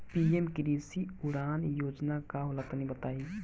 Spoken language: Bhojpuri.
पी.एम कृषि उड़ान योजना का होला तनि बताई?